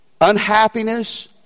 unhappiness